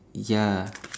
ya